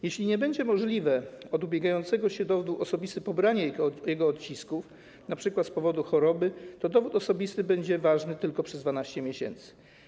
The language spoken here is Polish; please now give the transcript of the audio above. Jeśli nie będzie możliwe od ubiegającego się o dowód osobisty pobranie jego odcisków, np. z powodu choroby, to dowód osobisty będzie ważny tylko przez 12 miesięcy.